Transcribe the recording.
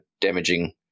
damaging